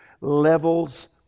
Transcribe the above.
levels